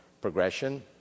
progression